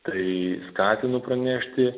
tai skatinu pranešti